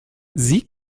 sie